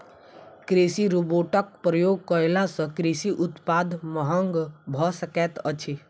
कृषि रोबोटक प्रयोग कयला सॅ कृषि उत्पाद महग भ सकैत अछि